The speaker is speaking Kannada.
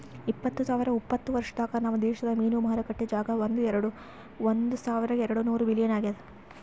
ಇಪ್ಪತ್ತು ಸಾವಿರ ಉಪತ್ತ ವರ್ಷದಾಗ್ ನಮ್ ದೇಶದ್ ಮೀನು ಮಾರುಕಟ್ಟೆ ಜಾಗ ಒಂದ್ ಸಾವಿರ ಎರಡು ನೂರ ಬಿಲಿಯನ್ ಆಗ್ಯದ್